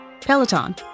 Peloton